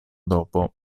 dopo